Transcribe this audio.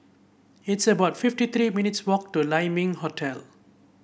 it's about fifty three minutes' walk to Lai Ming Hotel